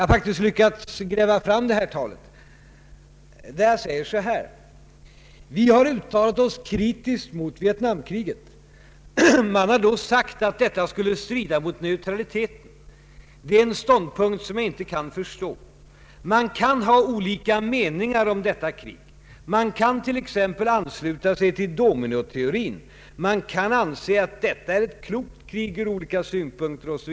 Jag har lyckats leta fram mitt tal i Storlien. Jag sade: ”Vi har uttalat oss kritiskt mot Vietnamkriget. Man har dock sagt att detta skulle strida mot neutraliteten. Det är en ståndpunkt som jag inte kan förstå. Man kan ha olika meningar om detta krig. Man kan t.ex. ansluta sig till Dominoteorin. Man kan anse att detta är ett klokt krig från olika synpunkter O.S.